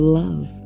love